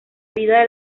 vida